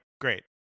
great